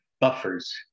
buffers